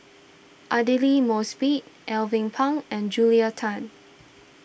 Aidli Mosbit Alvin Pang and Julia Tan